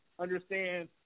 understand